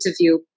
interview